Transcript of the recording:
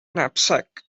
knapsack